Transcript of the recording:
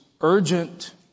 urgent